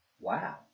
wow